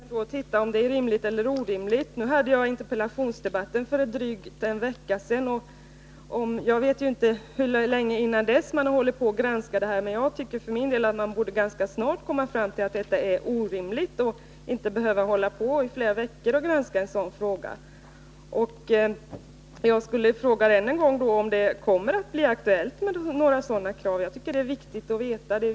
Herr talman! Ja, man kan se om förslaget är rimligt eller orimligt. Jag deltog i interpellationsdebatten för drygt en vecka sedan, och jag vet ju inte hur länge man dessförinnan har hållit på att granska förslaget. Men jag tycker för min del att man rätt snart borde komma fram till att det är orimligt och inte behöver hålla på i flera veckor med att granska det. Jag frågar ännu en gång om det kommer att bli aktuellt med några sådana krav.